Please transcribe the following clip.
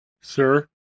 Sir